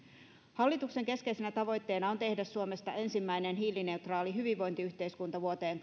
hallituksen keskeisenä tavoitteena on tehdä suomesta ensimmäinen hiilineutraali hyvinvointiyhteiskunta vuoteen